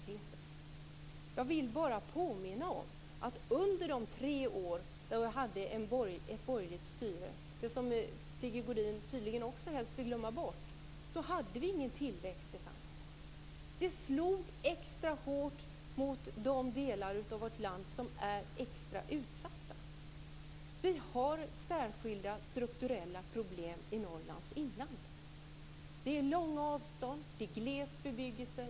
Jag vill bara påminna om att det inte fanns någon tillväxt i samhället under de tre år då vi hade ett borgerligt styre. Det vill Sigge Godin tydligen helst glömma bort. Det slog extra hårt mot de delar av vårt land som är extra utsatta. Vi har särskilda strukturella problem i Norrlands inland. Det är långa avstånd och gles bebyggelse.